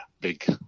big